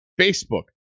facebook